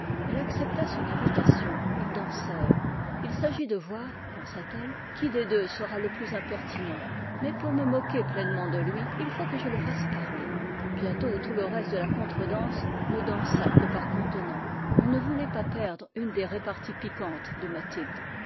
elle accepta son invitation ils dansèrent il s'agit de voir pensa-t-elle qui des deux sera le plus impertinent mais pour me moquer pleinement de lui il faut que je le fasse parler bientôt tout le reste de la contredanse ne dansa que par contenants on ne voulait pas perdre une des reparties piquantes de mathilde